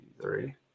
three